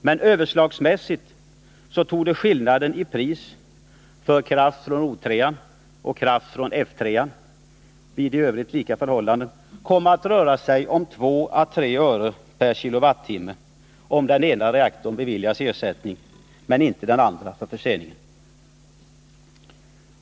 Men överslagsmässigt torde skillnaden i pris för kraft från Oskarshamn 3 och kraft från Forsmark 3 vid i övrigt lika förhållanden röra sig om 2-3 öre per kWh om den ena reaktorn beviljas ersättning för försening men inte den andra.